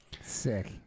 sick